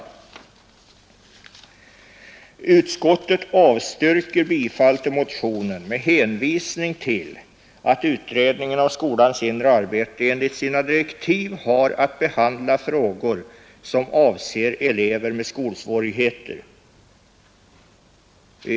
Utskottet har avstyrkt bifall till motionen med hänvisning till att utredningen om skolans inre arbete enligt sina direktiv har att behandla frågor som avser elever med skolsvårigheter.